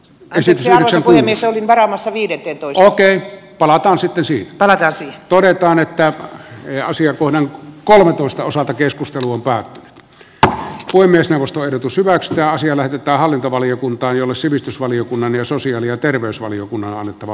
kyseessä on iso varanasi niiden lahtien palataan sitten si ala kärsii todetaan että eri asia tuodaan kolmetoista osaa keskusteluun pää ja puhemiesneuvosto ehdotus hyväksytään siellä pitää hallintovaliokuntaan jolle sivistysvaliokunnan ja sosiaali ja terveysvaliokunnalle annettava